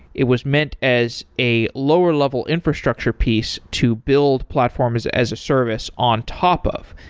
it was meant as a lower level infrastructure piece to build platforms as a service on top of,